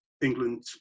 England